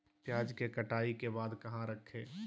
प्याज के कटाई के बाद कहा रखें?